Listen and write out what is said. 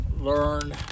learn